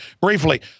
briefly